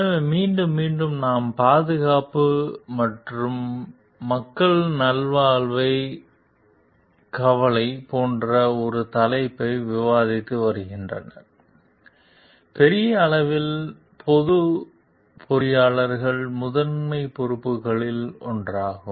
எனவே மீண்டும் மீண்டும் நாம் பாதுகாப்பு மற்றும் போன்ற மக்கள் நல்வாழ்வை கவலை போன்ற இந்த தலைப்பை விவாதித்து வருகின்றனர் பெரிய அளவில் பொது பொறியாளர்கள் முதன்மை பொறுப்புகளில் ஒன்றாகும்